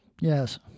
Yes